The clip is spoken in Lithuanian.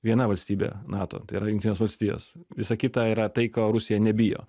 viena valstybė nato tai yra jungtinės valstijos visa kita yra tai ko rusija nebijo